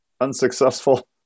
unsuccessful